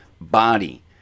body